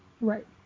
Right